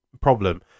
problem